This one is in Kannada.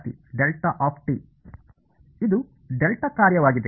ಇದು ಡೆಲ್ಟಾ ಕಾರ್ಯವಾಗಿದೆ